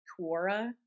Quora